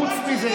חוץ מזה,